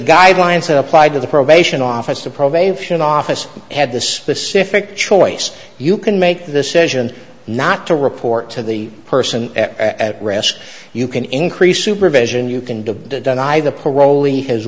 guidelines that applied to the probation office the probation office had the specific choice you can make the session not to report to the person at risk you can increase supervision you can deny the parolee his